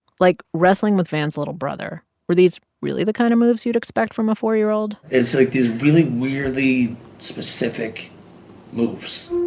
like, wrestling with van's little brother were these really the kind of moves you'd expect from a four year old? it's, like, these really weirdly specific moves